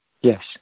Yes